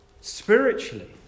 spiritually